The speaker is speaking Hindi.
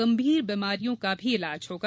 गंभीर बीमारियों का भी इलाज होगा